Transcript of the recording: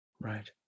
Right